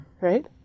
right